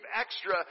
extra